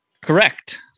Correct